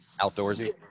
outdoorsy